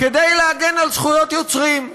כדי להגן על זכויות יוצרים.